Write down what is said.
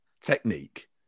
technique